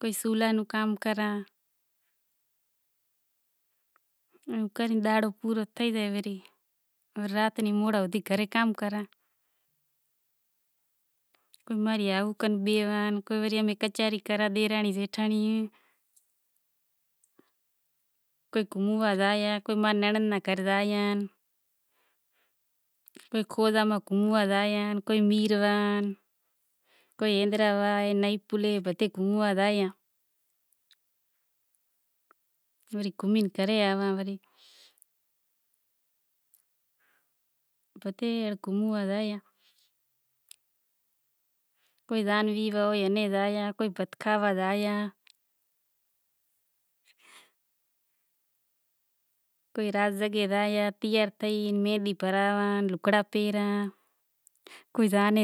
کوئی سولاں نو کام کراں دہاڑو پورو تھئی زائے ماں ری ہائو کن کچہری کراں کوئی گھوموا زایاں تو کوئی ماں ری ننڑند نے گھر زایاں کوئی حیدرآباد نئی پل بدہا گھوموا زایاں تو گھومی گھرے آیاں تیار تھئی لگڑاں پہراڑاں کوئی زان